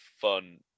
fun